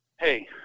Hey